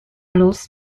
los